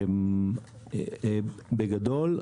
בגדול,